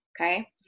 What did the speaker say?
okay